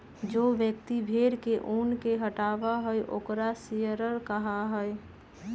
जो व्यक्ति भेड़ के ऊन के हटावा हई ओकरा शियरर कहा हई